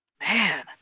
man